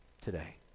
today